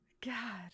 God